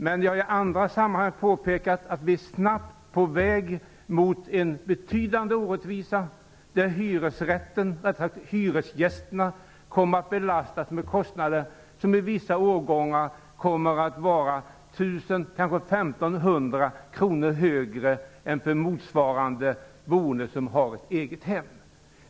Men vi är snabbt på väg mot en betydande orättvisa där hyresgästerna kommer att belastas av kostnader i vissa årgångar av hus som kommer att vara 1 000--1 500 kronor högre än för motsvarande boende i egnahem.